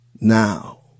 Now